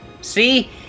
See